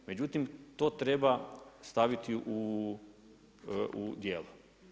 Međutim, to treba staviti u djelo.